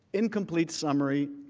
incomplete summary